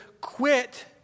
quit